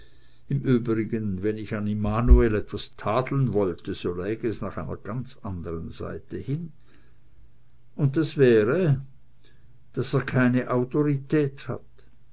im übrigen wenn ich an immanuel etwas tadeln sollte so läge es nach einer ganz anderen seite hin und das wäre daß er keine autorität hat